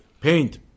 paint